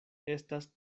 estas